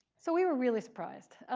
so we were really surprised.